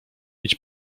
idź